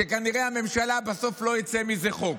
שכנראה בממשלה בסוף לא יצא מזה חוק.